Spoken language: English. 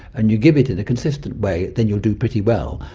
and you give it in a consistent way, then you'll do pretty well,